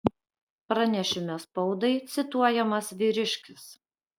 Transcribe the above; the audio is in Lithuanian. pranešime spaudai cituojamas vyriškis